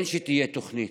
שתהיה תוכנית.